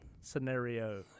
Scenario